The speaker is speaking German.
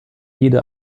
jede